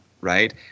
right